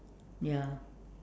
ya